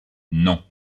non